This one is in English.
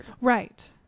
Right